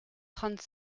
trente